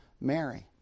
Mary